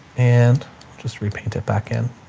and just repaint it back in